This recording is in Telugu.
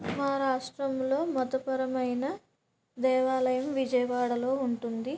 మ రాష్ట్రంలో మతపరమైన దేవాలయం విజయవాడలో ఉంటుంది